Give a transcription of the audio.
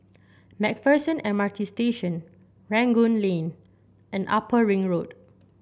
MacPherson M R T Station Rangoon Lane and Upper Ring Road